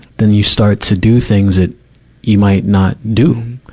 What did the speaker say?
then you start to do things that you might not do.